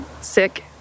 sick